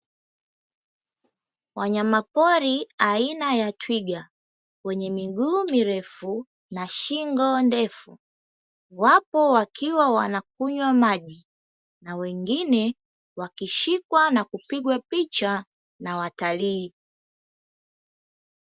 Wanyamapori aina ya twiga wenye miguu mirefu na shingo ndefu, wapo wakiwa wanakunywa maji na wengine wakishikwa na kupigwa picha na watalii.